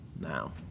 now